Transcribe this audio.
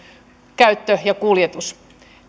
käyttö ja kuljetus